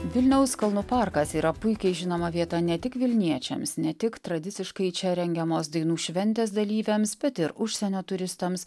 vilniaus kalnų parkas yra puikiai žinoma vieta ne tik vilniečiams ne tik tradiciškai čia rengiamos dainų šventės dalyviams bet ir užsienio turistams